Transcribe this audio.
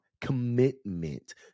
Commitment